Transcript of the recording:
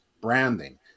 branding